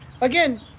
again